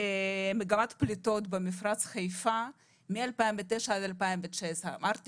מגמת פליטות במפרץ חיפה מ-2009 עד 2019. אמרתי